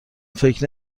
فکر